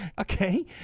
Okay